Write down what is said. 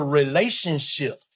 relationship